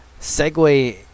Segway